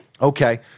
Okay